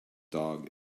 dog